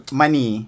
money